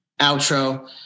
outro